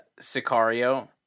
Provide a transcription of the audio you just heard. Sicario